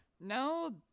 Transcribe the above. No